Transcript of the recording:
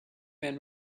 been